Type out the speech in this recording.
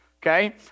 Okay